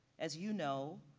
as you know,